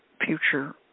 future